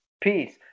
peace